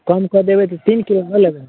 कम कऽ देबै तऽ तीन किलो लऽ लेबै